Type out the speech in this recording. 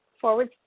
forward